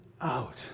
out